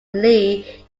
lee